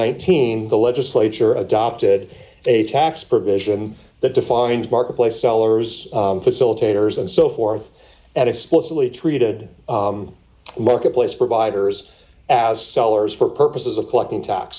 legislature adopted a tax provision that defined marketplace sellers d facilitators and so forth and explicitly treated marketplace providers as sellers for purposes of collecting tax